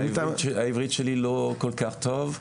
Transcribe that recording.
העברית שלי לא כל כך טובה.